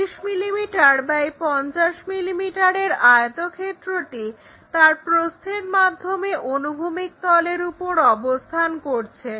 30 millimetre X 50 মিলিমিটারের আয়তক্ষেত্রটি তার প্রস্থের মাধ্যমে অনুভূমিক তলের উপর অবস্থান করছে